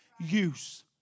use